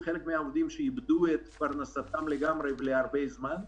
חלק מהעובדים איבדו את פרנסתם לגמרי להרבה זמן,